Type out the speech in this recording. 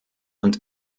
und